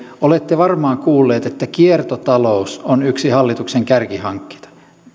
olette varmaan kuulleet että kiertotalous on yksi hallituksen kärkihankkeita